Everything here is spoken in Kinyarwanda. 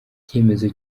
icyemezo